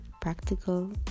Practical